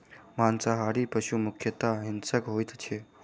मांसाहारी पशु मुख्यतः हिंसक होइत छै